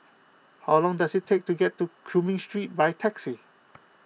how long does it take to get to Cumming Street by taxi